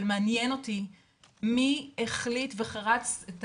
אבל מעניין אותי מי החליט וחרץ את